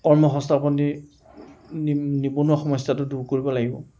কৰ্মসংস্থাপন দি নিবনুৱা সমস্যাটো দূৰ কৰিব লাগিব